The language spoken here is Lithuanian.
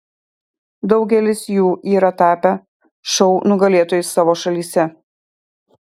daugelis jų yra tapę šou nugalėtojais savo šalyse